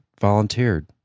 volunteered